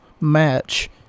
match